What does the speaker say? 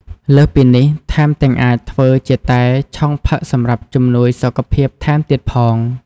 លើសពីនេះ ថែមទាំងអាចធ្វើជាតែឆុងផឹកសម្រាប់ជំនួយសុខភាពថែមទៀតផង។